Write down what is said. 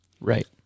right